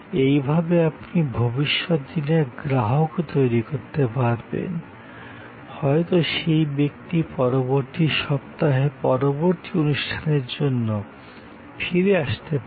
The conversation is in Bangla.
এই ভাবে আপনি ভবিষ্যত দিনের গ্রাহকও তৈরি করতে পারবেন হয়তো সেই ব্যক্তি পরবর্তী সপ্তাহে পরবর্তী অনুষ্ঠানের জন্য ফিরে আসতে পারে